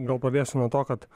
gal pradėsiu nuo to kad